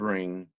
Bring